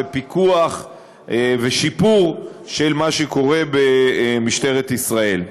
פיקוח ושיפור של מה שקורה במשטרת ישראל.